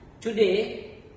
Today